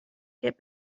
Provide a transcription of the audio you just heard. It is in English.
get